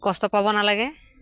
কষ্ট পাব নালাগে